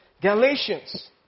Galatians